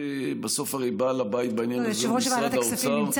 בסוף הרי בעל הבית בעניין הזה זה משרד האוצר.